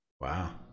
Wow